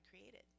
created